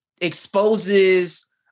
exposes